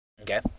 Okay